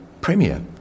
Premier